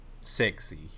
sexy